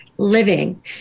Living